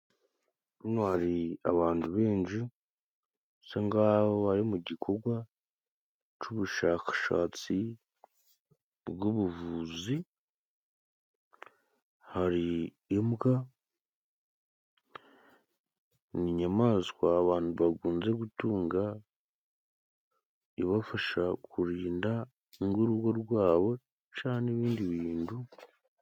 Hano hari abantu benshi basa nk'aho bari mu gikorwa cy'ubushakashatsi bwubuvuzi. Hari imbwa, ni inyamaswa abantu bakunze gutunga, ibafasha kurinda nk'urugo rwabo cyangwa n'ibindi bintu.